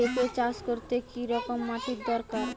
পেঁপে চাষ করতে কি রকম মাটির দরকার?